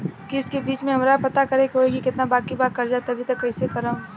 किश्त के बीच मे हमरा पता करे होई की केतना बाकी बा कर्जा अभी त कइसे करम?